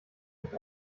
nicht